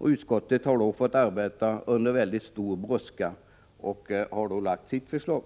Utskottet har fått arbeta under mycket stor brådska och har nu lagt fram sitt förslag.